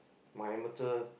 my amateur